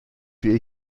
wir